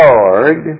Lord